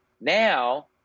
Now